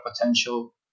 potential